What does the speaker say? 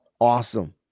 Awesome